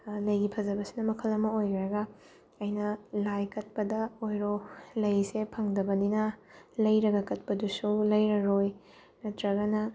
ꯂꯩꯒꯤ ꯐꯖꯕꯁꯤꯅ ꯃꯈꯜ ꯑꯃ ꯑꯣꯏꯈ꯭ꯔꯒ ꯑꯩꯅ ꯂꯥꯏ ꯀꯠꯄꯗ ꯑꯣꯏꯔꯣ ꯂꯩꯁꯦ ꯐꯪꯗꯕꯅꯤꯅ ꯂꯩꯔꯒ ꯀꯠꯄꯗꯁꯨ ꯂꯩꯔꯔꯣꯏ ꯅꯠꯇ꯭ꯔꯒꯅ